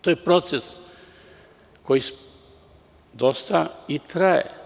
To je proces koji dosta i traje.